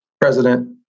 president